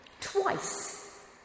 twice